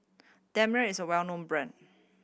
Dermale is well known brand